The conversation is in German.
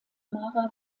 mara